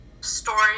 story